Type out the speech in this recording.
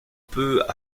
peut